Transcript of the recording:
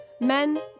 men